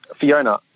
Fiona